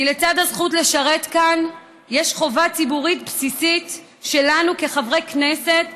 כי לצד הזכות לשרת כאן יש חובה ציבורית בסיסית שלנו כחברי הכנסת,